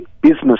business